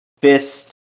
fists